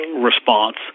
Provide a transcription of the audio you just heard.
response